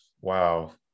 Wow